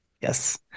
yes